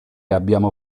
abbiamo